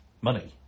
money